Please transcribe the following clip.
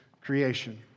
creation